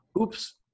oops